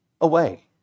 away